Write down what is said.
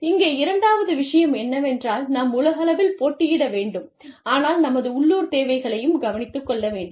இங்கே இரண்டாவது விஷயம் என்னவென்றால் நாம் உலகளவில் போட்டியிட வேண்டும் ஆனால் நமது உள்ளூர் தேவைகளையும் கவனித்துக் கொள்ள வேண்டும்